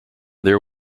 there